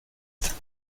texte